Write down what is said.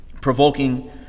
provoking